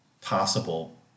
possible